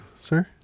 sir